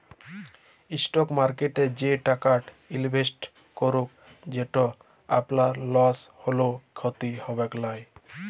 stock মার্কেটে সে টাকাট ইলভেসেট করুল যেট আপলার লস হ্যলেও খ্যতি হবেক লায়